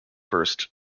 first